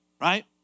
right